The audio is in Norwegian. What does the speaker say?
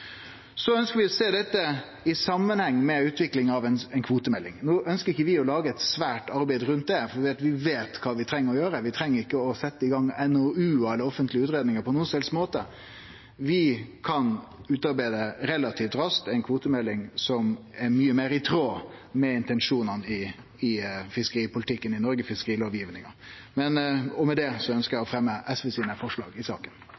Så ønskjer vi å sjå dette i samanheng med utvikling av ei kvotemelding. Vi ønskjer ikkje å lage eit svært arbeid rundt det, for vi veit kva vi treng å gjere. Vi treng ikkje å setje i gang NOU-ar eller offentlege utgreiingar på nokon som helst måte. Vi kan relativt raskt utarbeide ei kvotemelding som er mykje meir i tråd med intensjonane i fiskeripolitikken i Noreg og fiskerilovgivinga. Med det ønskjer eg å fremje SV sine forslag i saka.